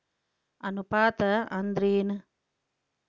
ಅನುಪಾತ ಅಂದ್ರ ಏನ್?